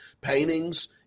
paintings